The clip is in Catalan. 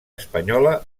espanyola